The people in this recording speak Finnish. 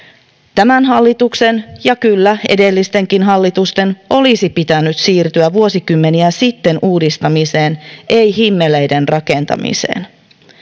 tämän hallituksen ja kyllä edellistenkin hallitusten olisi pitänyt siirtyä vuosikymmeniä sitten uudistamiseen ei himmeleiden rakentamiseen